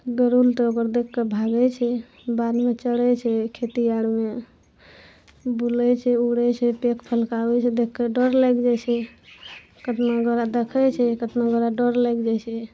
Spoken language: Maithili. गरुर तऽ ओकर देख कऽ भागै छै बाड़ीमे चरै छै खेती आरमे बुलै छै उड़ै छै पैंक फलकाबै छै देख कऽ डर लागि जाइ छै कतना गोरा देखै छै कतना गोरा डर लागि जाइ छै